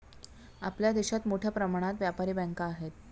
आपल्या देशात मोठ्या प्रमाणात व्यापारी बँका आहेत